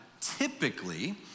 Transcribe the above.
typically